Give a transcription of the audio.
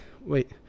Wait